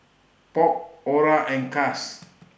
Polk Orah and Cas